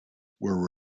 were